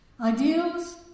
Ideals